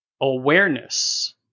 awareness